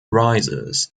rises